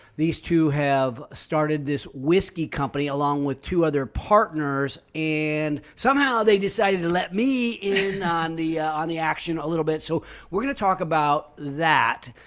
these two have started this whiskey company along with two other partners. and somehow they decided to let me in on the on the action a little bit. so we're going to talk about that,